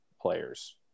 players